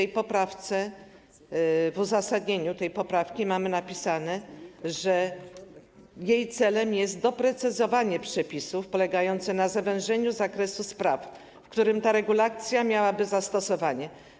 I w uzasadnieniu tej poprawki mamy napisane, że jej celem jest doprecyzowanie przepisów polegające na zawężeniu zakresu spraw, w których ta regulacja miałaby zastosowanie.